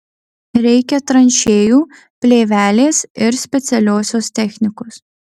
reikia tranšėjų plėvelės ir specialiosios technikos